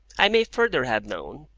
i may further have known,